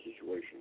situation